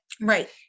right